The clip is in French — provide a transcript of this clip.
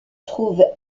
trouvent